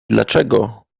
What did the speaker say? dlaczego